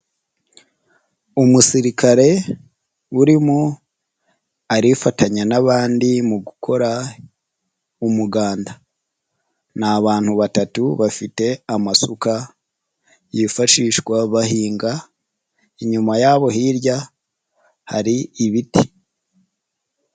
Umusirikare urimo arifatanya n'abandi mu gukora umuganda ni abantu batatu bafite amasuka yifashishwa bahinga inyuma yabo hirya hari ibiti.